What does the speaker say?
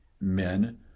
men